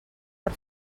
per